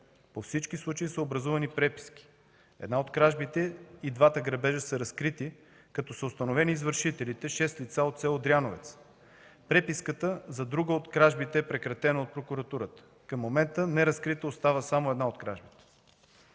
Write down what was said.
По всички случаи са образувани преписки. Една от кражбите и двата грабежа са разкрити, като са установени извършителите – шест лица от село Дряновец. Преписката за друга от кражбите е прекратена от прокуратурата. Към момента само една от кражбите